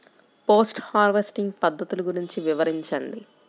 Post harvesting పద్ధతులు గురించి వివరించండి?